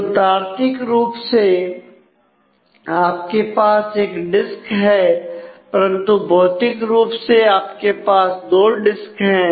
तो तार्किक रूप से आपके पास एक डिस्क है परंतु भौतिक रूप से आपके पास दो डिस्क हैं